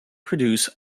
produce